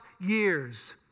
years